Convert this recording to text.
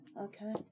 Okay